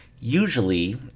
Usually